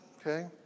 Okay